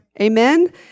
Amen